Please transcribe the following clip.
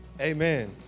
Amen